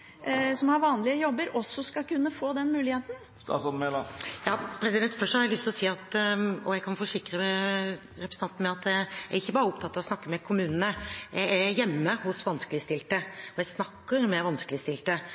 har helt vanlige jobber, også skal kunne få den muligheten? Først har jeg lyst til å si at jeg kan forsikre representanten om at jeg ikke bare er opptatt av å snakke med kommunene. Jeg er hjemme hos vanskeligstilte, og jeg snakker med vanskeligstilte,